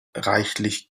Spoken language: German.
reichlich